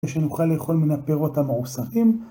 כדי שנוכל לאכול מן הפירות המרוסקים.